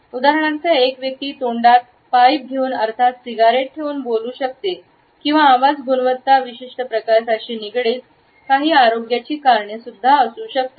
उदाहरणार्थ एक व्यक्ती तोंडात पाईप घेऊन सिगरेट ठेवून बोलत असू शकते किंवा आवाज गुणवत्ता विशिष्ट प्रकाराशी निगडित काही आरोग्याची कारणे असू शकतात